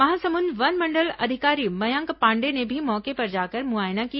महासमुंद वनमंडल अधिकारी मयंक पांडेय ने भी मौके पर जाकर मुआयना किया